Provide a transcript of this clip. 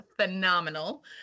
phenomenal